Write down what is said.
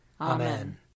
Amen